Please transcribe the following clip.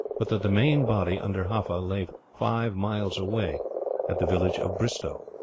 but that the main body under haffa lay five miles away at the village of bristowe.